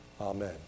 amen